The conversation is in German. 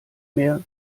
mehr